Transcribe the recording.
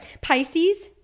Pisces